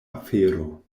afero